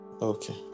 okay